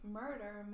murder